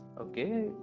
Okay